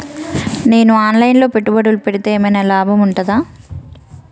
నేను online లో పెట్టుబడులు పెడితే ఏమైనా లాభం ఉంటదా?